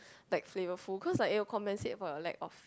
like flavor food cause like will compensate about your lack of